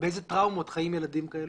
ובאיזה טראומות חיים ילדים כאלו,